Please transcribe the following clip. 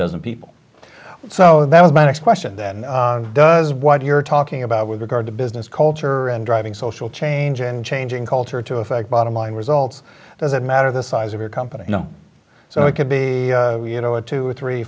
dozen people so that was my next question that does what you're talking about with regard to business culture and driving social change and changing culture to affect bottom line results doesn't matter the size of your company so it could be you know a two or three